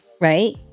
Right